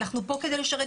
אנחנו פה כדי לשרת,